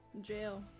Jail